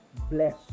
bless